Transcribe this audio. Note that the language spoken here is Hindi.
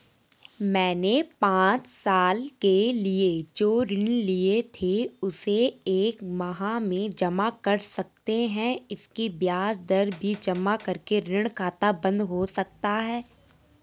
मैंने पांच साल के लिए जो ऋण लिए थे उसे एक माह में जमा कर सकते हैं इसकी ब्याज दर भी जमा करके ऋण खाता बन्द हो सकता है?